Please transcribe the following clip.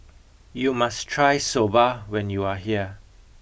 you must try Soba when you are here